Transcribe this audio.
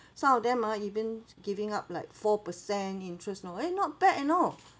some of them ah even giving out like four per cent interest know eh not bad you know